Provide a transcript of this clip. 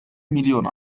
milyon